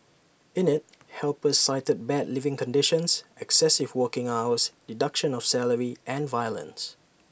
in IT helpers cited bad living conditions excessive working hours deduction of salary and violence